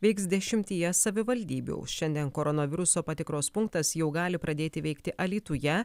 veiks dešimtyje savivaldybių o šiandien koronaviruso patikros punktas jau gali pradėti veikti alytuje